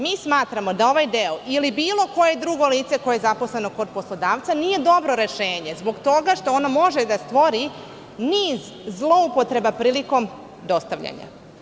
Mi smatramo da ovaj deo: "ili bilo koje drugo lice koje je zaposleno kod poslodavca" nije dobro rešenje, zbog toga što ono može da stvori niz zloupotreba prilikom dostavljanja.